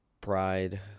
pride